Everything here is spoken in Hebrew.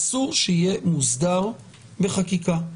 אסור שיהיה מוסדר בחקיקה.